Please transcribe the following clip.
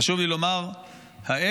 חשוב לי לומר הערב,